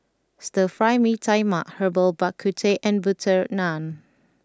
Stir Fry Mee Tai Mak Herbal Bak Ku Teh and Butter Naan